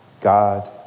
God